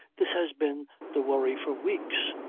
this has been the worry for weeks.